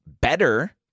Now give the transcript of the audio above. better